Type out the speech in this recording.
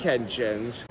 engines